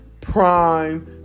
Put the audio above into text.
prime